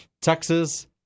Texas